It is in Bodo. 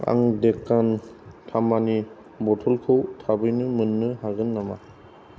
आं डेकान थामानि बथलखौ थाबैनो मोन्नो हागोन नामा